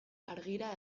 argira